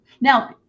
Now